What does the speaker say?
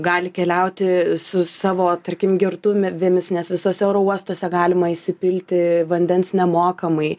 gali keliauti su savo tarkim gertuvėmis nes visose oro uostuose galima įsipilti vandens nemokamai